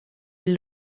est